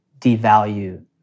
devalue